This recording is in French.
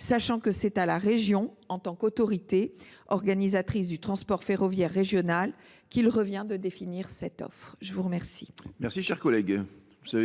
sachant que c’est à la région, en tant qu’autorité organisatrice du transport ferroviaire régional, qu’il revient de définir cette offre. La